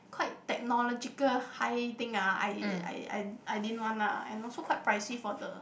quite technological high thing ah I I didn't want lah and also quite pricey for the